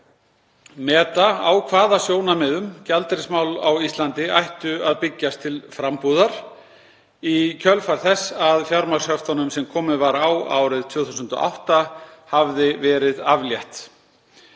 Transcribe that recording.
og meta á hvaða sjónarmiðum gjaldeyrismál á Íslandi ættu að byggjast til frambúðar í kjölfar þess að fjármagnshöftunum, sem komið var á árið 2008, hafði verið aflétt.